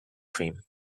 cream